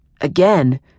Again